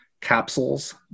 capsules